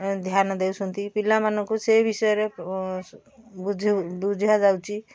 ଧ୍ୟାନ ଦେଉଛନ୍ତି ପିଲାମାନଙ୍କୁ ସେ ବିଷୟରେ ବୁଝାଯାଉଛି